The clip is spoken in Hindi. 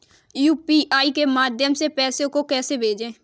यू.पी.आई के माध्यम से पैसे को कैसे भेजें?